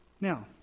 Now